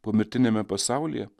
pomirtiniame pasaulyje